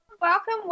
Welcome